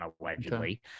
allegedly